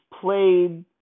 played